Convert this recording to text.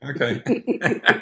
okay